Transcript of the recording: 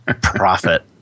profit